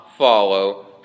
follow